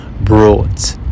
brought